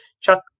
Chat